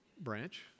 branch